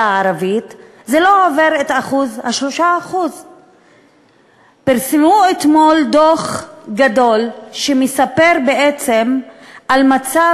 הערבית לא עובר את ה-3% פרסמו אתמול דוח גדול שמספר בעצם על מצב